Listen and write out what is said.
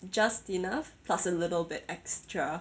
just enough plus a little bit extra